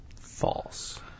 False